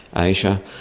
asia.